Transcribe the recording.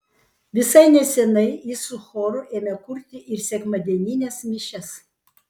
visai neseniai jis su choru ėmė kurti ir sekmadienines mišias